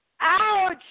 Ouch